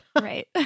Right